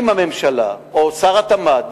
אם הממשלה או שר התמ"ת,